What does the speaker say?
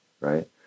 right